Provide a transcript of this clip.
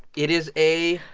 it is a.